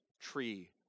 tree